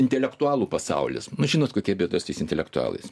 intelektualų pasaulis žinot kokia bėdos tais intelektualais